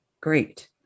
great